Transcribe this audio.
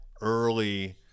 early